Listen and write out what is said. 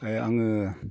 आङो